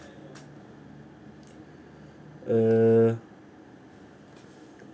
uh